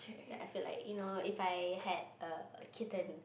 I feel like you know if I had a kitten